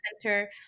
center